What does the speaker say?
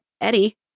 Eddie